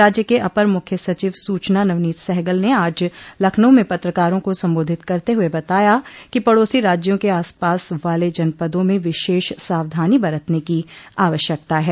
राज्य के अपर मुख्य सचिव सूचना नवनीत सहगल ने आज लखनऊ में पत्रकारों को संबोधित करते हुए बताया कि पड़ोसी राज्यों के आसपास वाले जनपदों में विशेष सावधानी बरतने की आवश्यकता है